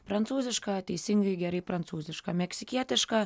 prancūzišką teisingai gerai prancūzišką meksikietišką